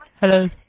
Hello